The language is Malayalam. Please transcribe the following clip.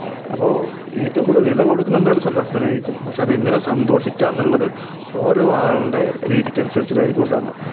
അപ്പോൾ ഏറ്റവും കൂടുതൽ വില കൊടുക്കുന്നത് എന്തായാലും സന്തോഷത്തിനായിരിക്കും പക്ഷേ അതെങ്ങനെ സന്തോഷിക്കാംന്നുള്ളത് ഓരോ ആൾടെ രീതിക്കനുസരിച്ചിട്ടായിരിക്കും ഉണ്ടാകുന്നത്